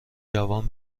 جوان